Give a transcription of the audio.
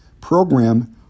program